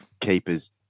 keepers